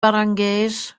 barangays